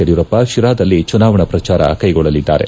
ಯಡಿಯೂರಪ್ಪ ತಿರಾದಲ್ಲಿ ಚುನಾವಣಾ ಪ್ರಚಾರ ಕೈಗೊಳ್ಳಲಿದ್ದಾರೆ